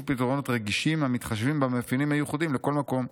פתרונות רגישים המתחשבים במאפיינים המיוחדים לכל מקום.